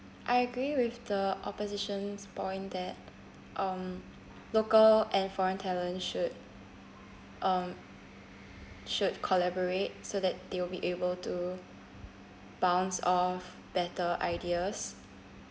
I agree with the opposition's point that um local and foreign talent should uh should collaborate so that they will be able to bounce off better ideas